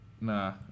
Nah